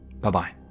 Bye-bye